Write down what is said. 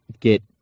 get